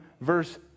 verse